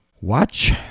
Watch